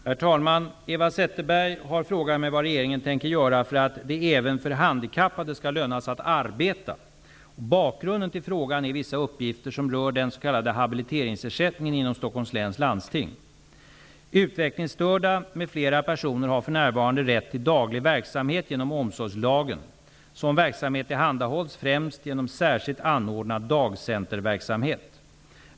Herr talman! Eva Zetterberg har frågat mig vad regeringen tänker göra för att det även för handikappade skall löna sig att arbeta. Bakgrunden till frågan är vissa uppgifter som rör den s.k. Utvecklingsstörda m.fl. personer har för närvarande rätt till daglig verksamhet genom omsorgslagen . Sådan verksamhet tillhandahålls främst genom särskilt anordnad dagcenterverksamhet.